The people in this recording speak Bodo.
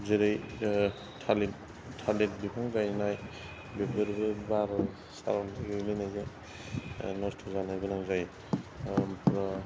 जेरै थालिर थालिर बिफां गायनाय बेफोरबो बार सार'न्थाय गोग्लैनायजों नस्थ' जानो गोनां जायो ओमफ्राय